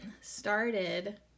started